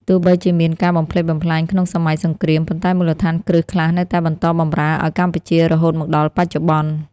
ទោះបីជាមានការបំផ្លិចបំផ្លាញក្នុងសម័យសង្គ្រាម ប៉ុន្តែមូលដ្ឋានគ្រឹះខ្លះនៅតែបន្តបម្រើឱ្យកម្ពុជារហូតមកដល់បច្ចុប្បន្ន។